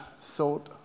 thought